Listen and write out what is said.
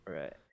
Right